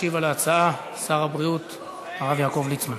ישיב על ההצעה שר הבריאות הרב יעקב ליצמן.